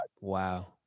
Wow